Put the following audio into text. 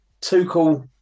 Tuchel